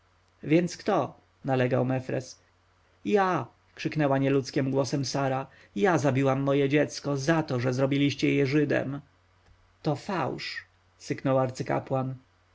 więc kto nalegał mefres ja krzyknęła nieludzkim głosem sara ja zabiłam moje dziecko za to że zrobiliście je żydem to fałsz syknął arcykapłan